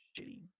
Shitty